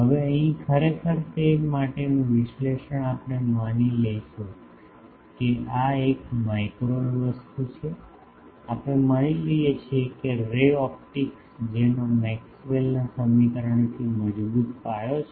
હવે અહીં ખરેખર તે માટેનું વિશ્લેષણ આપણે માની લઈશું કે આ એક માઇક્રોવેવ વસ્તુ છે આપણે માની લઈએ છીએ કે રે ઓપ્ટિક્સ જેનો મેક્સવેલMaxwell'sના સમીકરણથી મજબૂત પાયો છે